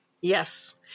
Yes